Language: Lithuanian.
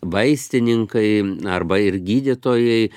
vaistininkai arba ir gydytojai